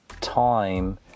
time